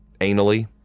anally